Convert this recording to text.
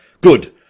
Good